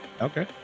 Okay